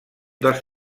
dels